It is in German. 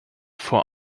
vor